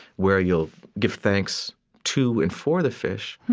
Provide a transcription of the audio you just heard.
where you'll give thanks to and for the fish.